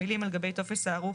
המילים "על גבי טופס הערוך